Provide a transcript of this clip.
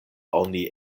oni